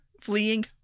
fleeing